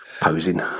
posing